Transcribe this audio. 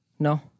No